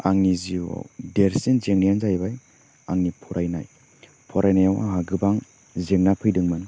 आंनि जिउआव देरसिन जेंनायानो जाहैबाय आंनि फरायनाय फरायनायाव आंहा गोबां जेंना फैदोंमोन